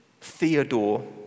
Theodore